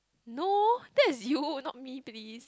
no that is you not me please